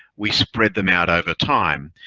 we spread them out over time.